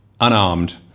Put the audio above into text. unarmed